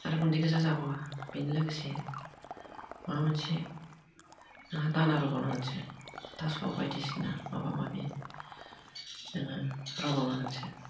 आरो गुन्दै गोजा जाबावा बेजों लोगोसे माबा मोनसे दाना होबावनांगोनसो थास' बायदिसिना माबा माबि नोङो रुबावनांगोनसो